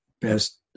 best